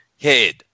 head